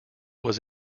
was